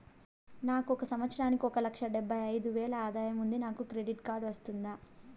నాకు ఒక సంవత్సరానికి ఒక లక్ష డెబ్బై అయిదు వేలు ఆదాయం ఉంది నాకు క్రెడిట్ కార్డు వస్తుందా?